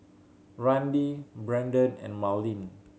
Randi Brendon and Marlyn